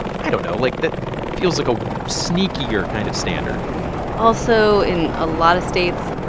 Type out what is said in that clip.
i don't know, like, that feels like a sneakier kind of standard also in a lot of states,